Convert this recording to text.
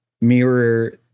mirror